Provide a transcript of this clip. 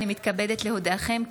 אני מתכבדת להודיעכם,